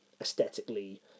aesthetically